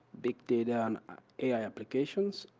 big data, and ai applications,